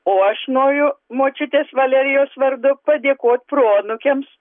o aš noriu močiutės valerijos vardu padėkot proanūkiams